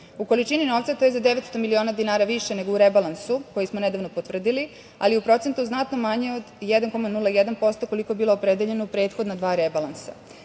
U količini novca to je za 900 miliona dinara više nego u rebalansu koji smo nedavno potvrdili, ali u procentu znatno manje 1,01%, koliko je bilo opredeljeno u prethodna dva rebalansa.U